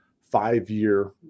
five-year